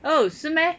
oh 是 meh